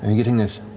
and getting this?